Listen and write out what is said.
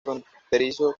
fronterizo